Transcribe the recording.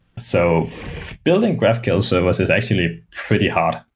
so building graphql servers is actually pretty hard.